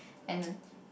and